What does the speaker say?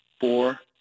four